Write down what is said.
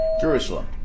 Jerusalem